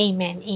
Amen